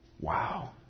Wow